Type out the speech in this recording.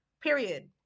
Period